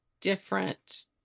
different